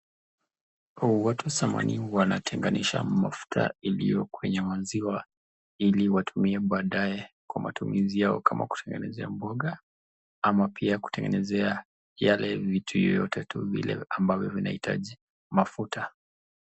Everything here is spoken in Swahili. Hawa watu zamani wanatenganisha mafuta iliyo kwenye maziwa ili watumie badaye kwa matumizi yao kama kutengenezea mboga ama pia kutengenezea yale vitu yeyote tu ambavyo vinahitaji mafuta.